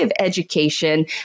education